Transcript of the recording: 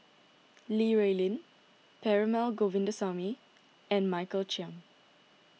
Li Rulin Perumal Govindaswamy and Michael Chiang